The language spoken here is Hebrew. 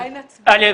א',